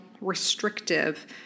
restrictive